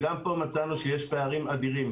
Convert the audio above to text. גם פה מצאנו שיש פערים אדירים